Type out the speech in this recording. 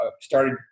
started